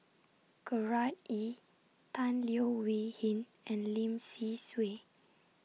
Gerard Ee Tan Leo Wee Hin and Lim Say Swee